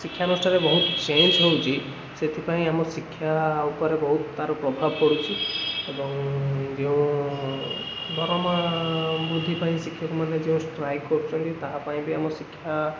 ଶିକ୍ଷାଅନୁଷ୍ଠାନ ବହୁତ ଚେଞ୍ଜ ହଉଛି ସେଥିପାଇଁ ଆମ ଶିକ୍ଷା ଉପରେ ବହୁତ ତାର ପ୍ରଭାବ ପଡ଼ୁଛି ଏବଂ ଯେଉଁ ଦରମା ବୃଦ୍ଧି ପାଇଁ ଶିକ୍ଷକମାନେ ଯେଉଁ ଷ୍ଟ୍ରାଇକ୍ କରୁଛନ୍ତି ତାହାପାଇଁ ବି ଆମ ଶିକ୍ଷା